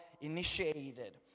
initiated